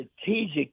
strategic